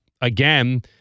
again –